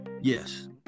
yes